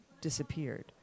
disappeared